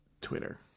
twitter